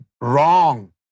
wrong